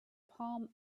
palm